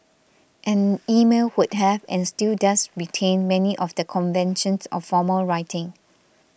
and email would have and still does retain many of the conventions of formal writing